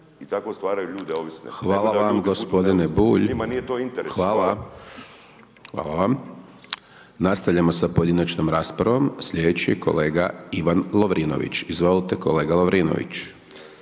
Hvala vam gospodine Bulj, hvala. Nastavljamo sa pojedinačnom raspravom. Sljedeći je kolega Ivan Lovrinović. Izvolite kolega Lovrinović.